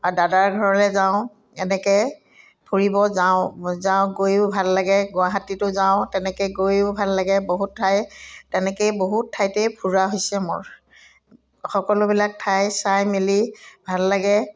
আৰু দাদাৰ ঘৰলৈ যাওঁ এনেকৈ ফুৰিব যাওঁ যাওঁ গৈয়ো ভাল লাগে গুৱাহাটীতো যাওঁ তেনেকৈ গৈয়ো ভাল লাগে বহুত ঠাই তেনেকৈয়ে বহুত ঠাইতেই ফুৰা হৈছে মোৰ সকলোবিলাক ঠাই চাই মেলি ভাল লাগে